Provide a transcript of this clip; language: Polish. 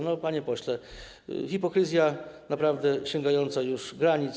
No, panie pośle, hipokryzja naprawdę sięgająca już granic.